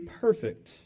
perfect